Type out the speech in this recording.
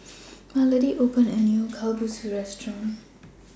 Melody recently opened A New Kalguksu Restaurant